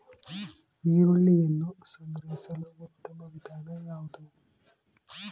ಈರುಳ್ಳಿಯನ್ನು ಸಂಗ್ರಹಿಸಲು ಉತ್ತಮ ವಿಧಾನ ಯಾವುದು?